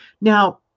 now